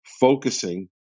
focusing